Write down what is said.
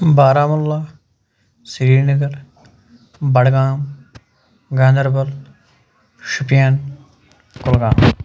Baramulla Srinagar Budgam Ganderbal Shopian Kulgam